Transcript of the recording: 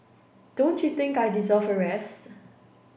don't you think I deserve a rest